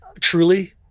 Truly